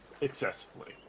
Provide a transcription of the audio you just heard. excessively